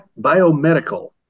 biomedical